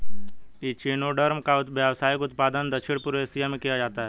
echinoderm का व्यावसायिक उत्पादन दक्षिण पूर्व एशिया में किया जाता है